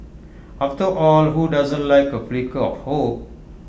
after all who doesn't like A flicker of hope